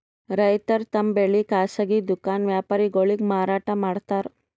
ರೈತರ್ ತಮ್ ಬೆಳಿ ಖಾಸಗಿ ದುಖಾನ್ ವ್ಯಾಪಾರಿಗೊಳಿಗ್ ಮಾರಾಟ್ ಮಾಡ್ತಾರ್